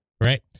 Right